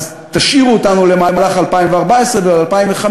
אז תשאירו אותנו למהלך 2014, וב-2015